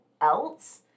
else